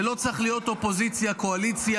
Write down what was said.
זה לא צריך להיות אופוזיציה קואליציה.